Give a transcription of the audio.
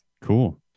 cool